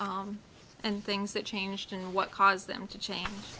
and things that changed and what caused them to change